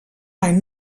mai